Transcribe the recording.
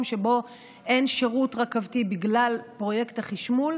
שבו אין שירות רכבתי בגלל פרויקט החשמול,